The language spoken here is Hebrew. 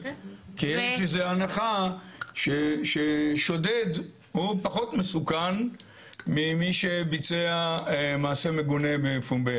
כי יש איזו הנחה ששודד הוא פחות מסוכן ממי שביצע מעשה מגונה בפומבי.